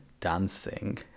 dancing